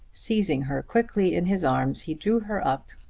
seizing her quickly in his arms he drew her up,